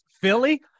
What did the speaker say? Philly